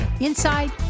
inside